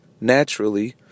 naturally